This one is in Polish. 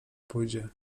pójdzie